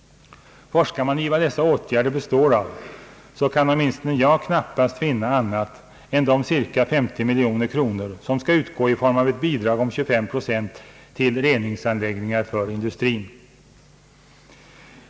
Forskar man i vad dessa åtgärder består av, så kan åtminstone jag inte finna annat än de cirka 50 miljoner kronor som skall utgå i form av ett bidrag om 25 procent till reningsanläggningar för industrin.